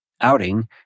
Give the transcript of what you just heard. outing